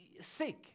sick